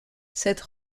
cette